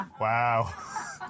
Wow